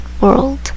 world